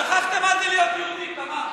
שכחתם מה זה להיות יהודים, תמר.